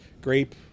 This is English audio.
grape